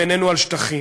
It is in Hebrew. ואיננו על שטחים,